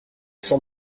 sens